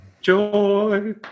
Joy